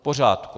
V pořádku.